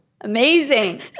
amazing